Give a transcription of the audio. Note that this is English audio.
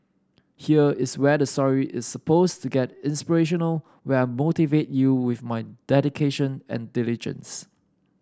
here is where the story is suppose to get inspirational where I motivate you with my dedication and diligence